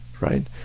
right